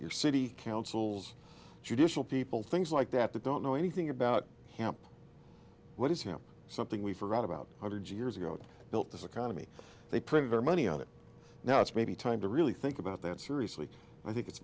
your city councils judicial people things like that the don't know anything about what is you know something we forgot about a hundred years ago and built this economy they print their money on it now it's maybe time to really think about that seriously i think it's